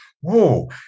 whoa